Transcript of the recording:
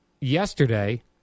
yesterday